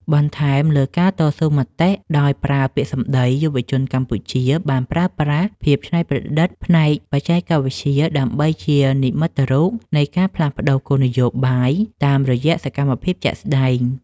បន្ថែមលើការតស៊ូមតិដោយប្រើពាក្យសម្ដី យុវជនកម្ពុជាបានប្រើប្រាស់ ភាពច្នៃប្រឌិតផ្នែកបច្ចេកវិទ្យា ដើម្បីជានិមិត្តរូបនៃការផ្លាស់ប្តូរគោលនយោបាយតាមរយៈសកម្មភាពជាក់ស្ដែង។